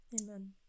Amen